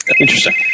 Interesting